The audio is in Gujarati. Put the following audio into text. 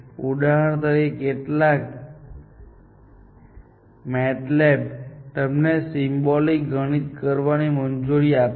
ઉદાહરણ તરીકે કેટલાક MATLAB તમને સિમ્બોલિક ગણિત કરવાની પણ મંજૂરી આપશે